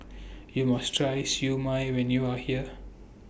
YOU must Try Siew Mai when YOU Are here